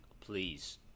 please